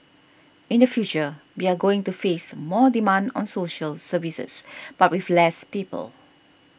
in the future we are going to face more demand on social services but with less people